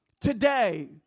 today